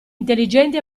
intelligenti